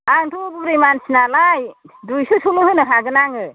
आंथ'बुरै मानसि नालाय दुइस'सोल' होनो हागोन आङो